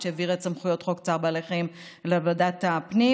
שהעבירה את סמכויות חוק צער בעלי חיים לוועדת הפנים,